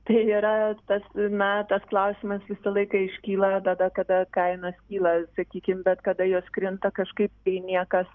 tai yra tas metas klausimas visą laiką iškyla tada kada kainos kyla sakykim bet kada jos krinta kažkaip tai niekas